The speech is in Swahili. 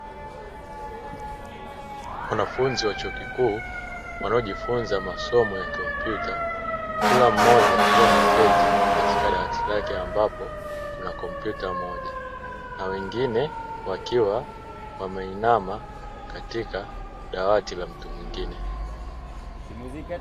Wanafunzi wa chuo kikuu wanaojifunza masomo ya kompyuta kila mmoja akiwa ameketi katika dawati lake ambapo kuna kompyuta moja na wengine wakiwa wameinama katika dawati la mtu mwingine.